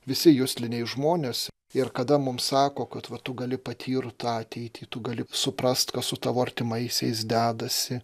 visi jusliniai žmonės ir kada mum sako kad va tu gali patirt ateitį tu gali suprast kas su tavo artimaisiais dedasi